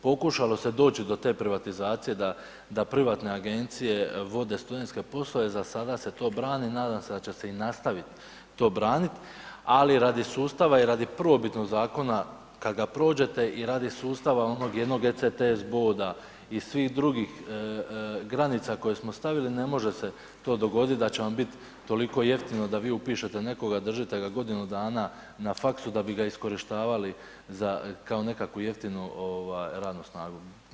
Pokušalo se doći do te privatizacije da privatne agencije vode studentske poslove, za sada se to brani, nadam se da će se i nastavit to branit ali radi sustava i radi prvobitnog zakona kad ga prođete i radi sustava onog jednog ECTS boda i svih drugih granica koje smo stavili, ne može se to dogoditi da će nam bit toliko jeftino da vi upišete nekoga, držite ga godinu dana na faksu da bi ga iskorištavali kao nekakvu radnu snagu.